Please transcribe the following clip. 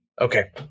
Okay